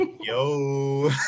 Yo